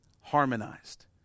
harmonized